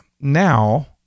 now